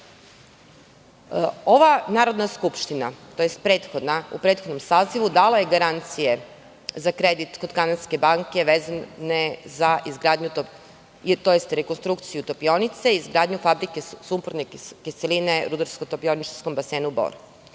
Ova narodna skupština, tj. prethodna, u prethodnom sazivu dala je garancije za kredit kod Kanadske banke, vezano za izgradnju, tj. rekonstrukciju Topionice i izgradnju Fabrike sumporne kisele u Rudarsko-topioničarskom basenu Bor.